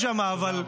מיהו?